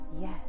yes